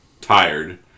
tired